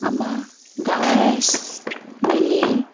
আমা গাঁৱৰ ৰাইজ মিলি